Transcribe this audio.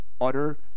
utter